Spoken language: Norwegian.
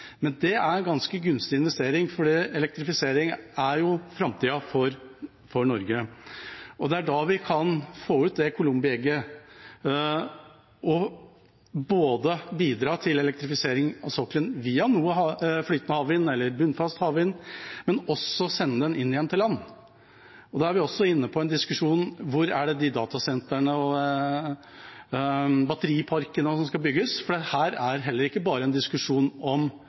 Det er en ganske gunstig investering, for elektrifisering er framtiden for Norge, og det er da vi kan få et columbi egg og bidra til elektrifisering av sokkelen via flytende havvind eller bunnfast havvind, men også sende den inn igjen til land. Da er vi inne på diskusjonen: Hvor skal datasentrene og batteriparkene bygges? Dette er ikke bare en diskusjon om utenfor Norge og hvor energien skal, det er også en diskusjon om